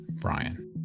Brian